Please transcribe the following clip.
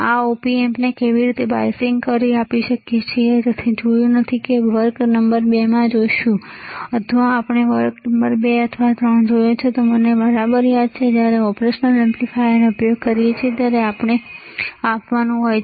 આપણે આ op amp ને કેવી રીતે બાયસિંગ આપી શકીએ આપણે જોયું નથી કે આપણે વર્ગ નંબર 2 માં જોઈશું અથવા આપણે વર્ગ નંબર 2 અથવા 3 જોયો છે જો મને બરાબર યાદ છે કે જ્યારે આપણે ઓપરેશનલ એમ્પ્લીફાયરનો ઉપયોગ કરીએ છીએ ત્યારે આપણે આપવાનું હોય છે